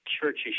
churches